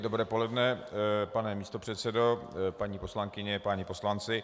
Dobré poledne, pane místopředsedo, paní poslankyně, páni poslanci.